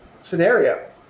scenario